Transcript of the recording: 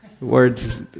words